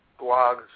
blogs